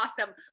awesome